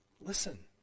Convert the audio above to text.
Listen